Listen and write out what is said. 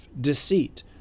deceit